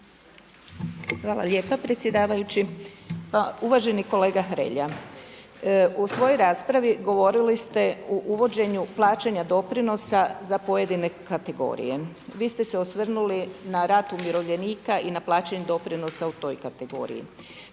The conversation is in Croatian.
Hvala lijepa predsjedavajući. Pa uvaženi kolega Hrelja, u svojoj raspravi govorili ste o uvođenju plaćanja doprinosa za pojedine kategorije. Vi ste se osvrnuli na rad umirovljenika i na plaćanje doprinosa u toj kategoriji.